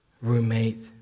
roommate